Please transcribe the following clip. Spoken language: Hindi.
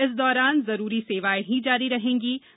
इस दौरान जरूरी सेवाएं ही जारी रहेगीं